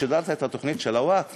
שידרת את התוכנית של הווקף?